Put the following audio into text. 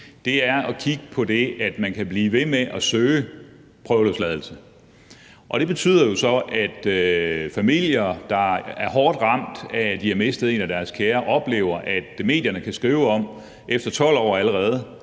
det, er at kigge på det faktum, at man kan blive ved med at søge prøveløsladelse, hvilket betyder, at familier, der er hårdt ramt af, at de har mistet en af deres kære, oplever, at medierne allerede efter 12 år kan skrive